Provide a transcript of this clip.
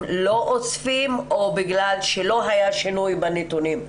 לא אוספים או בגלל שלא היה שינוי בנתונים,